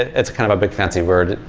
it's kind of a big fancy word.